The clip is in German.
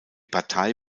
partei